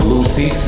Lucy